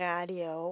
Radio